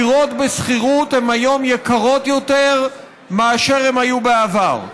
דירות בשכירות הן היום יקרות יותר מאשר הן היו בעבר.